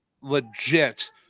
legit